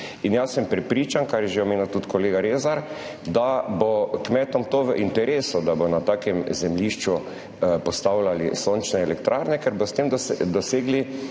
in jaz sem prepričan, kar je omenil že tudi kolega Rezar, da bo kmetom to v interesu, da bodo na takem zemljišču postavljali sončne elektrarne, ker bodo s tem dosegli